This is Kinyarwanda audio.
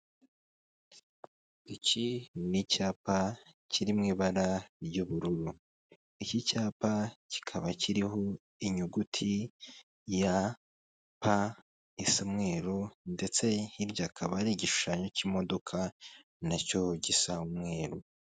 Iki ni icyapa kiri mu ibara ry'ubururu, iki cyapa kikaba kiriho inyuguti ya pa isa umweru ndetse hirya hakaba hari igishushanyo k'imodoka na cyo gisa umweru.